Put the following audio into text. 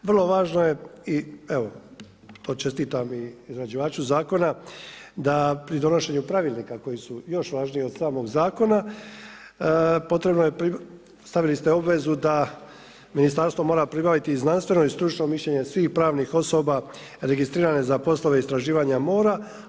Vrlo važno je i evo to čestitam i izrađivaču zakona, da pri donošenju pravilnika koji su još važniji od samog zakona potrebno je, stavili ste obvezu da ministarstvo mora pribaviti i znanstveno i stručno mišljenje svih pravnih osoba registrirane za poslove istraživanja mora.